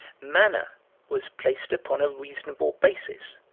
manna was placed upon a reasonable basis,